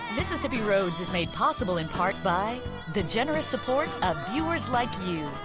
mississippi roads is made possible in part by the generous support of viewers like you.